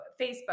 Facebook